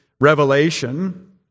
Revelation